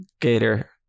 Gator